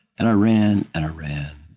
and i ran, and i ran,